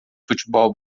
futebol